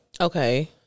Okay